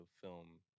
film